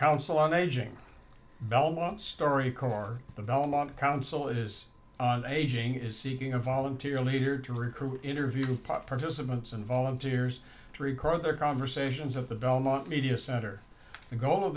council on aging belmont story corps the belmont council is aging is seeking a volunteer leader to recruit interview participants and volunteers to record their conversations of the belmont media center the goal of